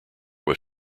was